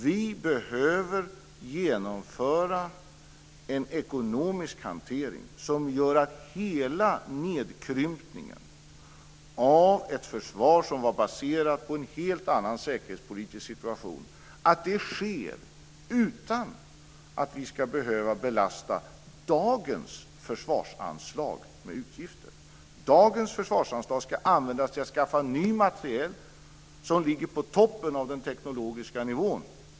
Vi behöver genomföra en ekonomisk hantering som gör att hela nedkrympningen av ett försvar som var baserat på en helt annan säkerhetspolitisk situation inte ska behöva belasta dagens försvarsanslag med utgifter. Det ska användas för att anskaffa ny materiel som ligger på den högsta teknologiska nivån.